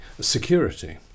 security